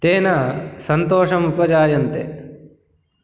तेन सन्तोषम् उपजायन्ते